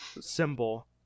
symbol